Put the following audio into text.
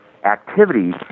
Activity